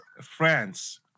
France